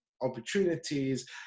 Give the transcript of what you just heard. opportunities